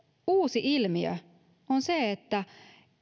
uusi ilmiö on se että